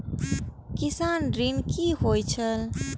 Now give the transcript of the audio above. किसान ऋण की होय छल?